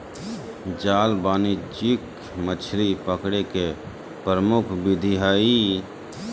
जाल वाणिज्यिक मछली पकड़े के प्रमुख विधि हइ